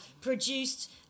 produced